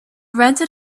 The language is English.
rented